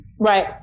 Right